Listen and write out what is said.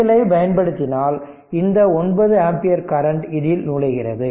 KCL ஐப் பயன்படுத்தினால் இந்த 9 ஆம்பியர் கரண்ட் இதில் நுழைகிறது